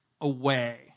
away